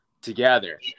together